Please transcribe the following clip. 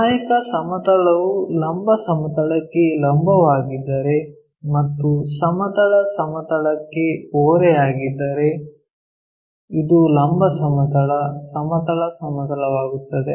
ಸಹಾಯಕ ಸಮತಲವು ಲಂಬ ಸಮತಲಕ್ಕೆ ಲಂಬವಾಗಿದ್ದರೆ ಮತ್ತು ಸಮತಲ ಸಮತಲಕ್ಕೆ ಓರೆಯಾಗಿದ್ದರೆ ಇದು ಲಂಬ ಸಮತಲ ಸಮತಲ ಸಮತಲವಾಗಿರುತ್ತದೆ